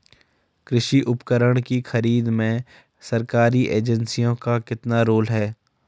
कृषि उपकरण की खरीद में सरकारी एजेंसियों का कितना रोल है?